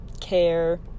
care